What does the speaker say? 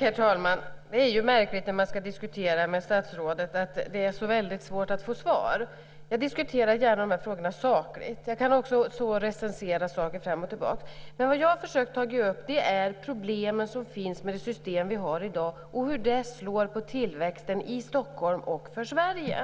Herr talman! Det är märkligt när man ska diskutera med statsrådet att det är så väldigt svårt att få svar. Jag diskuterar gärna de här frågorna sakligt. Jag kan också recensera saker fram och tillbaka. Men det jag har försökt att ta upp är de problem som finns med det system vi har i dag och hur det slår mot tillväxten i Stockholm och mot Sverige.